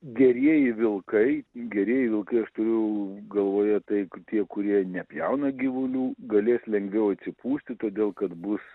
gerieji vilkai gerieji vilkai aš turiu galvoje tai ku tie kurie nepjauna gyvulių galės lengviau atsipūsti todėl kad bus